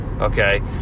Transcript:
Okay